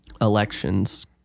elections